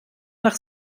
nach